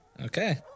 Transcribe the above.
Okay